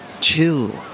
Chill